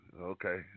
Okay